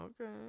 Okay